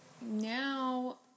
now